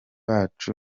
bacu